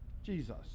Jesus